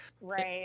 Right